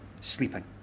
sleeping